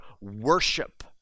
worship